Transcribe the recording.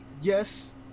Yes